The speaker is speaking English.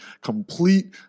complete